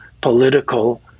political